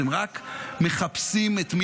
אתם רק מחפשים -- אפשר לשאול אותך שאלה?